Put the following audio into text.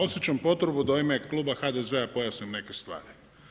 Osjećam potrebu da u ime Kluba HDZ-a, pojasnim neke stvari.